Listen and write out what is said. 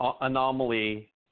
anomaly